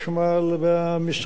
המשרד להגנת הסביבה,